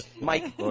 Mike